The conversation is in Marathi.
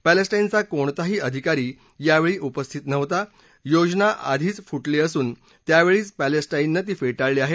पॅलेस्टाईनचा कोणताही अधिकारी यावेळी उपस्थित नव्हता योजना आधीच फुटली असून त्यावेळीच पॅलेस्टाईननं ती फेटाळली आहे